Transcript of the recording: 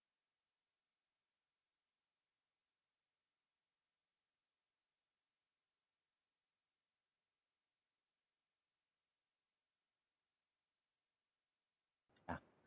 ah